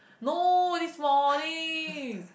no this morning